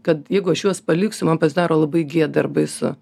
kad jeigu aš juos paliksiu man pasidaro labai gėda ir baisu